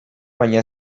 baina